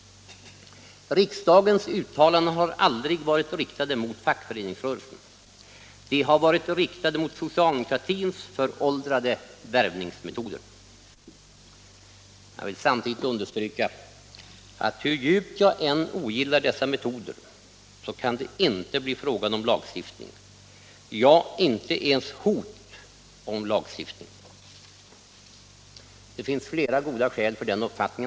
Riksdagens uttalanden har aldrig varit riktade mot fackföreningsrörelsen. De har varit riktade mot socialdemokratins föråldrade värvningsmetoder. Men jag vill samtidigt understryka att hur djupt jag än ogillar dessa metoder kan det inte bli fråga om lagstiftning, nej inte ens hot om lagstiftning. Det finns flera goda skäl för denna uppfattning.